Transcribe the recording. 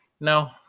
No